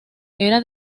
era